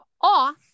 off